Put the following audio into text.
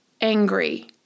angry